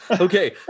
Okay